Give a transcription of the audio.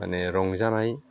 माने रंजानाय